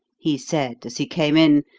he said, as he came in,